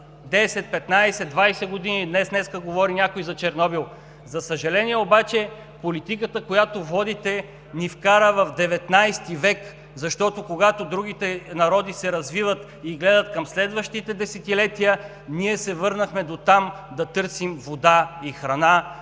10, 15, 20 години, а днес някой говори за Чернобил. За съжаление обаче, политиката, която водите, ни вкара в ХIХ век, защото когато другите народи се развиват и гледат към следващите десетилетия, ние се върнахме дотам да търсим вода и храна